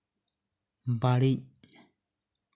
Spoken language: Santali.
ᱵᱟ ᱲᱤᱡ